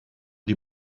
die